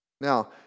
Now